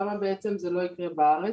למה בעצם זה לא יקרה בארץ.